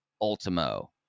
Ultimo